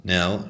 Now